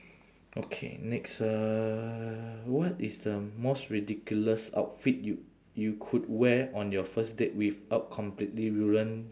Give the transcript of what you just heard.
okay next uh what is the most ridiculous outfit you you could wear on your first date without completely ruin